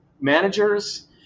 managers